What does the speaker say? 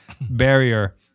barrier